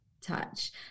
touch